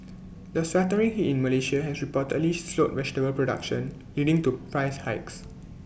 the sweltering heat in Malaysia has reportedly slowed vegetable production leading to price hikes